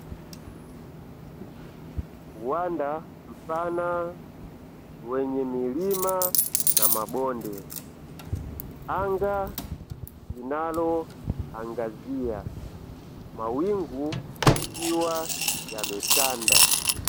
Uwanda mpana wenye milima na mabonde. Anga linalo angazia mawingu yakiwa yametanda.